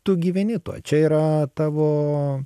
tu gyveni tu čia yra tavo